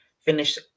finish